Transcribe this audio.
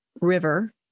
river